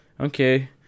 okay